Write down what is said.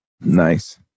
Nice